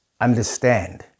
understand